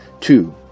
Two